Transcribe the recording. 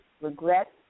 regret